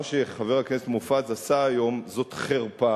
מה שחבר הכנסת מופז עשה היום זאת חרפה,